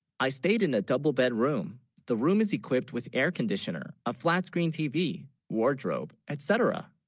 i stayed in a double bedroom the room is equipped with air conditioner a flat-screen tv wardrobe etc